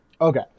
Okay